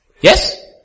Yes